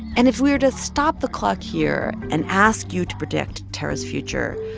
and if we were to stop the clock here and ask you to predict tarra's future,